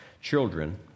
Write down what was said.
Children